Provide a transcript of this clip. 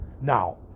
Now